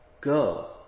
Go